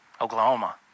Oklahoma